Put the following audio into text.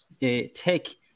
take